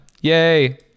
Yay